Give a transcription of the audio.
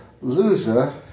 loser